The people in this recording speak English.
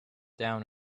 down